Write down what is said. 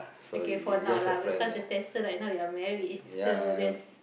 okay for now lah because the tester like now we are married so that's